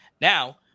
Now